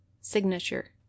signature